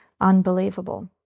unbelievable